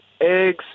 eggs